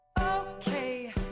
Okay